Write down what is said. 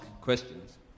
questions